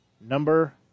Number